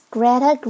Greta